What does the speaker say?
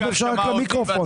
אם אפשר רק למיקרופון?